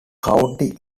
county